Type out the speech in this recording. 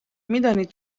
میدانید